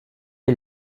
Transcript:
est